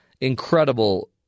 incredible